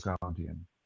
guardian